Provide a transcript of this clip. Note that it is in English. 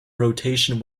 rotation